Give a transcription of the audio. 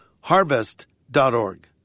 harvest.org